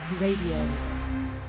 Radio